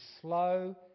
slow